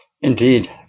Indeed